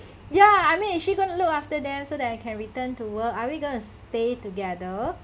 ya I mean is she going to look after them so that I can return to work are we gonna stay together